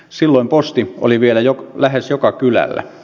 silloin posti oli vielä lähes joka kylällä